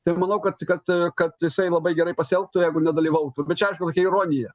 tai manau kad kad kad jisai labai gerai pasielgtų jeigu nedalyvautų bet čia aišku tokia ironija